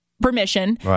permission